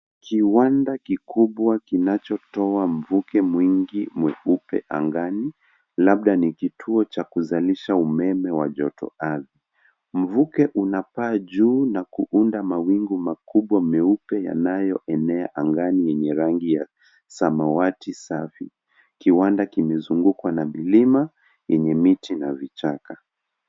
Kiwanda kikubwa kinachotoa mvuke mwingi mweupe angani labda ni kituo cha kuzalisha umeme wa joto ardhi. mvuke unapaa juu na kuunda mawingu mweupe yanayoenea angani yenye rangi ya samawati safi. Kiwanda kimezungukwa na milima yenye miti na vijaka